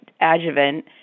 adjuvant